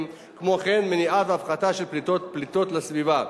כמו גם את המניעה וההפחתה של פליטות לסביבה,